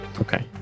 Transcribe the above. okay